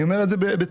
אני אומר את זה בצער,